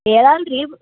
ಹೇಳಲ್ಲ ರೀ